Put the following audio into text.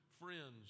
friends